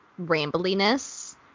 rambliness